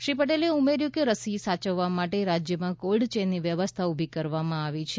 શ્રી પટેલે ઉમેર્યું કે રસી સાચવવા માટે રાજ્યમાં કોલ્ડ ચેનની વ્યવસ્થા ઉભી કરવામાં આવી છે